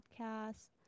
podcast